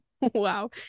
Wow